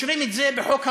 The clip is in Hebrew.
שקושרים את זה לחוק המואזין.